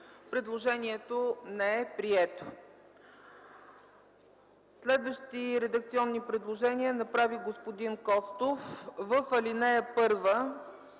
Предложението не е прието. Следващи редакционни предложения направи господин Костов: в ал. 1